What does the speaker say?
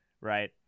right